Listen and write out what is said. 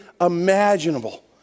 imaginable